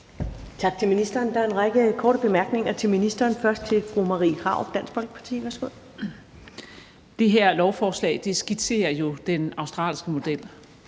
Tak til ministeren. Der er en række korte bemærkninger til ministeren. Først er det fru Marie Krarup, Dansk Folkeparti. Værsgo. Kl. 18:16 Marie Krarup (DF): Det her lovforslag skitserer jo den australske model,